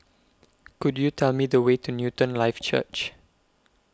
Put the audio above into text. Could YOU Tell Me The Way to Newton Life Church